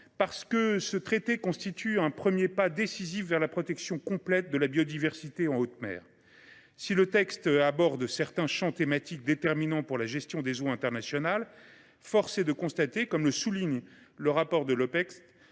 enfin, car il constitue un premier pas décisif vers la protection complète de la biodiversité en haute mer. Si le texte aborde certains champs thématiques déterminants pour la gestion des eaux internationales, force est de constater, comme le souligne l’Office